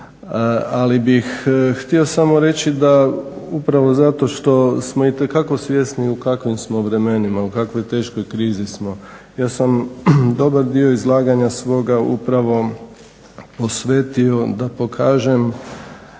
ali bih htio samo reći upravo zato što smo itekako svjesni u kakvim smo vremenima, u kakvoj teškoj krizi smo. Ja sam dobar dio izlaganja svoga upravo posvetio da pokažem